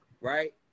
right